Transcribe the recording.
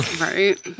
right